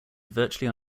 virtually